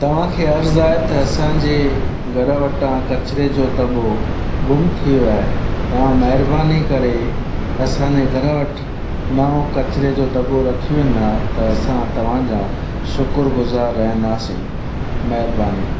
तव्हां खे अर्ज़ु आहे त असांजे घरु वटां कचरे जो दॿो गुमु थी वियो आहे तां महिरबानी करे असांजे घरु वटि नओं कचरे जो दॿो रखी वेंदा त असां तव्हांजा शुकुरु गुज़ारु रहंदासीं महिरबानी